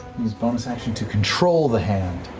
use bonus action to control the hand.